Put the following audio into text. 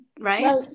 right